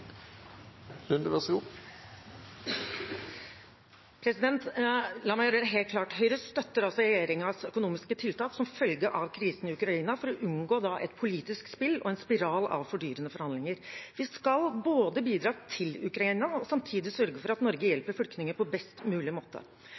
La meg gjøre det helt klart: Høyre støtter regjeringens økonomiske tiltak som følge av krisen i Ukraina, for å unngå et politisk spill og en spiral av fordyrende forhandlinger. Vi skal både bidra til Ukraina og samtidig sørge for at Norge